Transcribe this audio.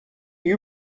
you